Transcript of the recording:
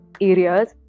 areas